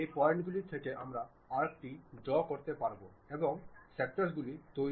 এখন আমি একটি উপাদান তৈরি করতে বা সম্ভবত যুক্ত করতে চাই